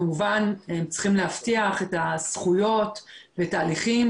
כמובן שצריך להבטיח את הזכויות ואת ההליכים